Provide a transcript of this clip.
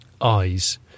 eyes